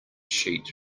sheet